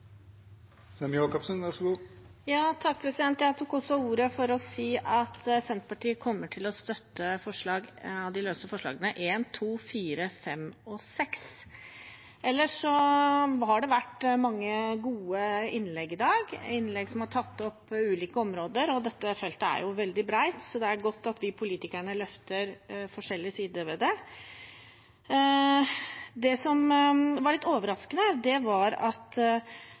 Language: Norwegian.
Jeg tok også ordet for å si at Senterpartiet kommer til å støtte forslagene nr. 1, 2, 4, 5 og 6 av de løse forslagene. Ellers har det vært mange gode innlegg i dag, innlegg som har tatt opp ulike områder. Dette feltet er veldig bredt, så det er godt at vi politikere løfter forskjellige sider ved det. Det som ikke var overraskende, var at Kristelig Folkeparti ville snakke om abortloven i dag. Det som var overraskende, var at